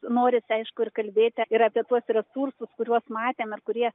norisi aišku ir kalbėti ir apie tuos resursus kuriuos matėm ir kurie